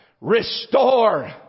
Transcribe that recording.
Restore